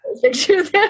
pictures